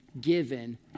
given